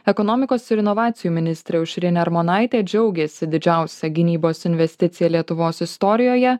ekonomikos ir inovacijų ministrė aušrinė armonaitė džiaugėsi didžiausia gynybos investicija lietuvos istorijoje